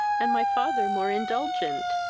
and my father more indulgent.